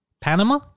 Panama